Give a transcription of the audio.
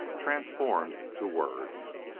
transformed to words.